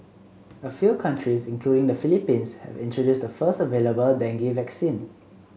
a few countries including the Philippines have introduced the first available dengue vaccine